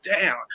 down